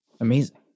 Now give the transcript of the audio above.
Amazing